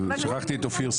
שכחתי את אופיר סופר,